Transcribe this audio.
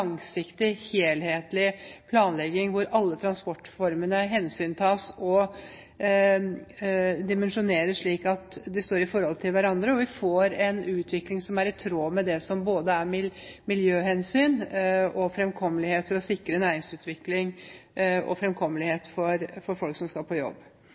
langsiktig, helhetlig planlegging hvor alle transportformene hensyntas og dimensjoneres slik at de står i forhold til hverandre, og slik at vi får en utvikling som er i tråd med både miljøhensyn og fremkommelighetshensyn – for å sikre næringsutvikling og fremkommelighet for folk som skal på jobb.